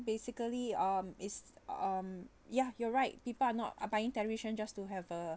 basically um is um ya you are right people are not are buying television just to have a